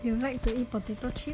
you like to eat potato chips